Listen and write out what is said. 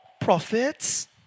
prophets